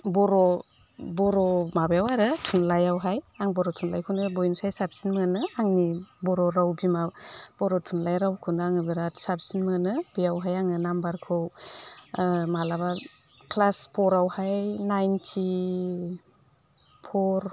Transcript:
बर' बर' माबायाव आरो थुनलाइआवहाय आं थुनलाइखौनो बयनिसाय साबसिन मोनो आंनि बर' राव बिमा बर' थुनलाइ रावखौनो आङो बिराद साबसिन मोनो बेयावहाय आङो नाम्बारखौ माब्लाबा क्लास फरावहाय नाइन्टि फर